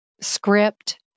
script